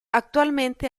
actualmente